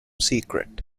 secret